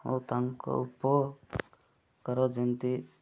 ଓ ତାଙ୍କ ଉପକାର ଯେମତି